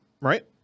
right